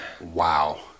wow